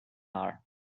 hour